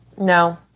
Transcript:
no